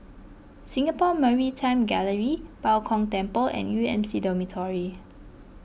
Singapore Maritime Gallery Bao Gong Temple and U M C Dormitory